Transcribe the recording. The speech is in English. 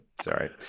Sorry